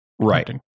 Right